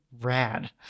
rad